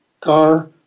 car